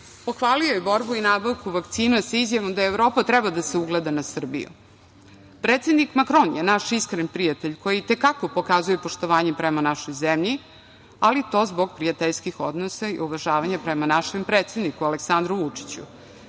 pohvalio je borbu i nabavku vakcina, sa izjavom da Evropa treba da se ugleda na Srbiju. Predsednik Makron je naš iskren prijatelj, koji i te kako pokazuje poštovanje prema našoj zemlji, ali to zbog prijateljskih odnosa i uvažavanja prema našem predsedniku Aleksandru Vučiću. Izjava